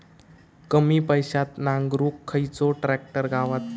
कमी पैशात नांगरुक खयचो ट्रॅक्टर गावात?